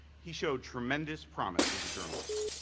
he showed tremendous promise as a journalist.